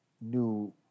new